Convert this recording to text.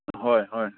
ꯍꯣꯏ ꯍꯣꯏ